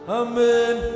amen